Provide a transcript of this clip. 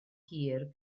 hir